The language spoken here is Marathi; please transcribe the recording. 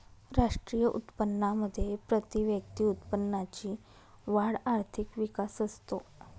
राष्ट्रीय उत्पन्नामध्ये प्रतिव्यक्ती उत्पन्नाची वाढ आर्थिक विकास असतो